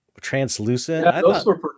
translucent